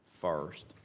first